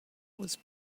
was